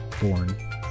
born